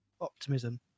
optimism